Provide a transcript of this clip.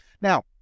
Now